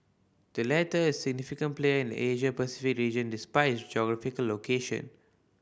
the latter is a significant player in the Asia Pacific region despite its geographical location